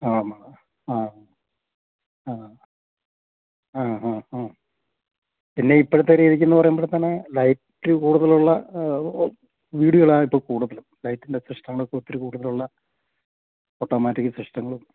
ആ വേണം ആ ആ ആ ഹാ ഹാ പിന്നെ ഇപ്പോഴത്തെ രീതിക്കെന്നു പറയുമ്പോഴത്തേന് ലൈറ്റ് കൂടുതലുള്ള വീടുകളാണ് ഇപ്പോള് കൂടുതലും ലൈറ്റിൻ്റെ സിസ്റ്റങ്ങളൊക്കെ ഒത്തിരി കൂടുതലുള്ള ഓട്ടോമാറ്റിക് സിസ്റ്റങ്ങളും